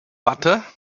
butter